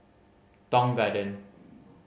Tong Garden